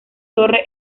torre